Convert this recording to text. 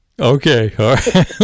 Okay